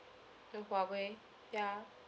to Huawei ya